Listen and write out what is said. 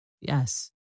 Yes